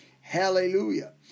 Hallelujah